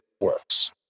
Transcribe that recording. works